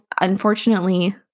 unfortunately